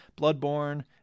Bloodborne